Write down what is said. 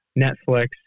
Netflix